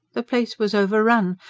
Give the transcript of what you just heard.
the place was overrun.